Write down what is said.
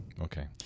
Okay